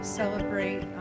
celebrate